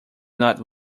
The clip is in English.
not